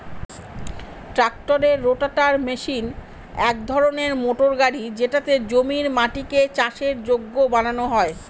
ট্রাক্টরের rotator machine এক ধরনের মোটর গাড়ি যেটাতে জমির মাটিকে চাষের যোগ্য বানানো হয়